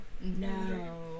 No